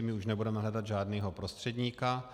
My už nebudeme hledat žádného prostředníka.